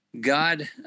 God